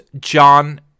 John